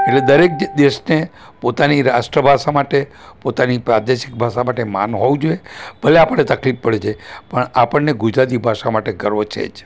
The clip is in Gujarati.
એટલે દરેક જે દેશને પોતાની રાષ્ટ્રભાષા માટે પોતાની પ્રાદેશિક ભાષા માટે માન હોવું જોવે ભલે આપણે તકલીફ પડે છે પણ આપણને ગુજરાતી ભાષા માટે ગર્વ છે જ